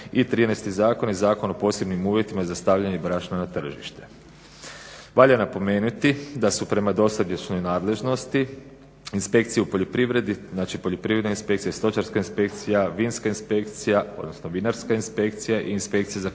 I 13. zakon je Zakon o posebnim uvjetima za stavljanje brašna na tržište. Valja napomenuti da su prema dosadašnjoj nadležnosti inspekcije u poljoprivredi, znači poljoprivredna inspekcija, stočarska inspekcija, vinska inspekcija, odnosno vinarska inspekcija i inspekcija za kakvoću